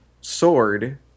sword